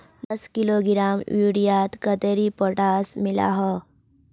दस किलोग्राम यूरियात कतेरी पोटास मिला हाँ?